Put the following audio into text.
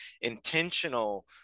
intentional